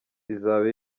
izaba